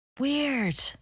Weird